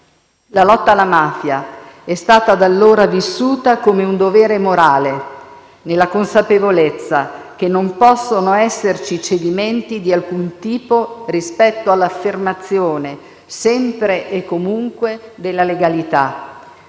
la lotta alla mafia è stata, da allora, vissuta come un dovere morale, nella consapevolezza che non possono esserci cedimenti di alcun tipo rispetto all'affermazione, sempre e comunque, della legalità.